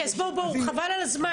חבל על הזמן,